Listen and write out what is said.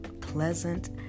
pleasant